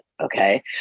okay